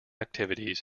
activities